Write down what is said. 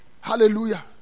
Hallelujah